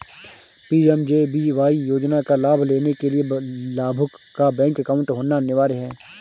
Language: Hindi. पी.एम.जे.बी.वाई योजना का लाभ लेने के लिया लाभुक का बैंक अकाउंट होना अनिवार्य है